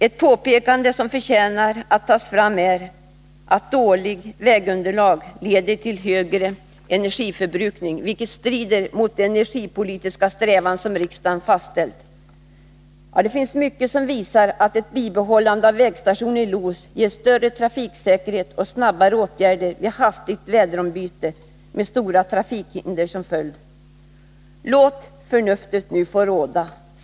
Ett påpekande som förtjänar att göras är att dåligt vägunderlag leder till högre energiförbrukning, vilket strider mot de energipolitiska mål som riksdagen har fastställt. Det finns mycket som visar att ett bibehållande av vägstationen i Los ger större trafiksäkerhet och medför snabbare åtgärder vid hastigt väderombyte med stora trafikhinder som följd. Låt nu förnuftet få råda!